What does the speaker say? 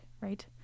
right